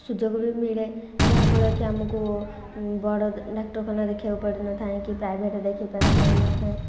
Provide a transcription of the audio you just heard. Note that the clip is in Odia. ସୁଯୋଗ ବି ମିଳେ ଯାହା ଫଳରେକି ଆମକୁ ବଡ଼ ଡାକ୍ତରଖାନା ଦେଖିବାକୁ ପଡ଼ିନଥାଏ କି ପ୍ରାଇଭେଟ୍ ଦେଖାଇ ପାରିନଥାଏ